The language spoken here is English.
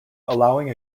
allowing